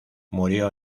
murió